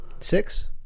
Six